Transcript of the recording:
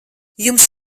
jums